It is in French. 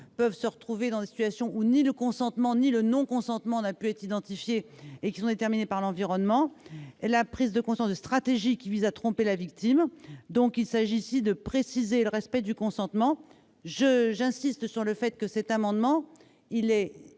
peuvent se retrouver dans des situations où ni le consentement ni le non-consentement n'ont pu être identifiés et qui sont déterminés par l'environnement -, et la prise de conscience des stratégies tendant à tromper la victime. Il s'agit ici de préciser le respect du consentement. J'y insiste, cet amendement est